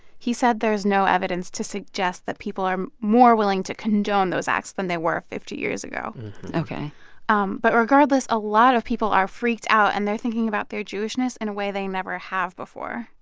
he said there is no evidence to suggest that people are more willing to condone those acts than they were fifty years ago ok um but regardless, a lot of people are freaked out, and they're thinking about their jewishness in a way they never have before.